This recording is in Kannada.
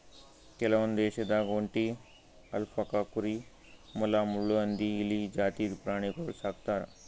ಕೆಲವೊಂದ್ ದೇಶದಾಗ್ ಒಂಟಿ, ಅಲ್ಪಕಾ ಕುರಿ, ಮೊಲ, ಮುಳ್ಳುಹಂದಿ, ಇಲಿ ಜಾತಿದ್ ಪ್ರಾಣಿಗೊಳ್ ಸಾಕ್ತರ್